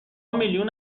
میلیون